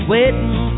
Waiting